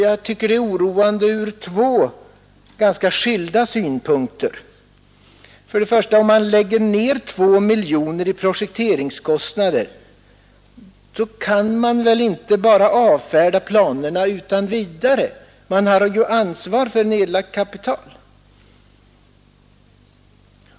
Jag tycker att det är oroande ur två ganska skilda synpunkter. Om man lägger ner 2 miljoner kronor i projekteringskostnader, kan man inte bara avfärda planerna utan vidare. Man har ju ansvar för nedlagt kapital.